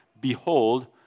Behold